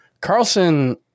Carlson